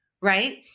right